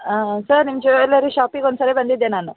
sir ನಿಮ್ಮ jewellery ಶಾಪಿಗೆ ಒಂದುಸಲ ಬಂದಿದ್ದೆ ನಾನು